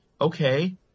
okay